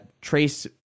Trace